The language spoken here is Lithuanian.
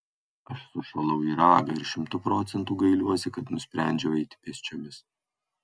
aš sušalau į ragą ir šimtu procentų gailiuosi kad nusprendžiau eiti pėsčiomis